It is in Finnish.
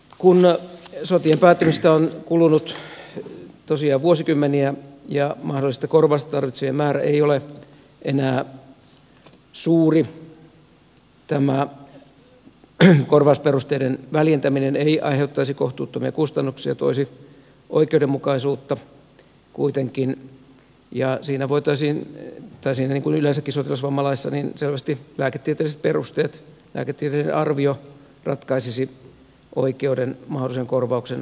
kun sotien päättymisestä on kulunut tosiaan vuosikymmeniä ja mahdollista korvausta tarvitsevien määrä ei ole enää suuri tämä korvausperusteiden väljentäminen ei aiheuttaisi kohtuuttomia kustannuksia toisi oikeudenmukaisuutta kuitenkin ja siinä voitaisiin tai siihen kun yleensä niin kuin yleensäkin sotilasvammalaissa selvästi lääketieteelliset perusteet lääketieteellinen arvio ratkaisisi oikeuden mahdollisen korvauksen suorittamiseen